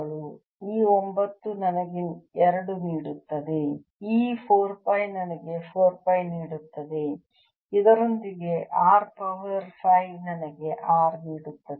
ಈ ಒಂಬತ್ತು ನನಗೆ 2 ನೀಡುತ್ತದೆ ಈ 4 ಪೈ ನನಗೆ 4 ಪೈ ನೀಡುತ್ತದೆ ಇದರೊಂದಿಗೆ R ಪವರ್ 5 ನನಗೆ R ನೀಡುತ್ತದೆ